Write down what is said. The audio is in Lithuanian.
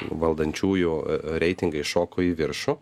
valdančiųjų reitingai šoko į viršų